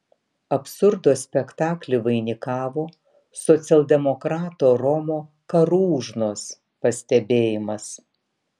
absurdo spektaklį vainikavo socialdemokrato romo karūžnos pastebėjimas